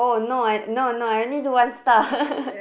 oh no I no no I only do one star